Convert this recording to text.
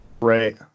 right